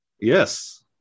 Yes